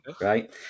Right